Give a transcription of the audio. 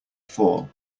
fall